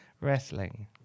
Wrestling